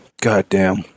Goddamn